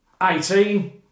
18